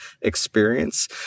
experience